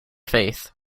faith